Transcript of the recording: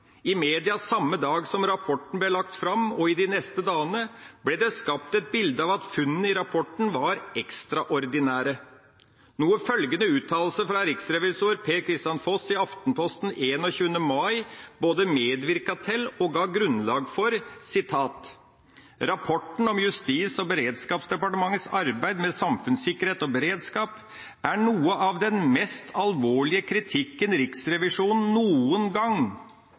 i media samme dag som rapporten ble lagt fram, og i de neste dagene, ble det skapt et bilde av at funnene i rapporten var ekstraordinære, noe følgende uttalelse fra riksrevisor Per-Kristian Foss i Aftenposten 21. mai både medvirket til og ga grunnlag for: «Rapporten om Justis- og beredskapsdepartementets arbeid med samfunnssikkerhet og beredskap er noe av den mest alvorlige kritikken Riksrevisjonen noen gang